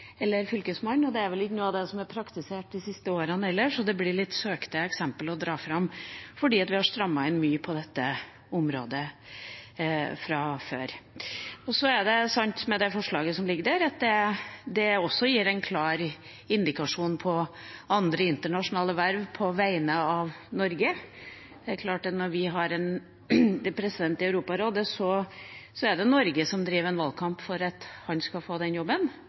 Det er vel heller ikke praktisert de siste årene, så det blir litt søkte eksempler å dra fram, fordi vi har strammet mye inn på dette området fra før. Så er det sant – med det forslaget som ligger her – at det gir en klar indikasjon for andre internasjonale verv på vegne av Norge. Det er klart at når vi har en generalsekretær i Europarådet, var det Norge som drev valgkampen for at han skulle få den jobben.